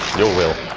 you will.